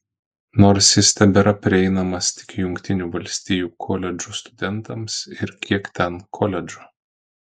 nors jis tebėra prieinamas tik jungtinių valstijų koledžų studentams ir kiek ten koledžų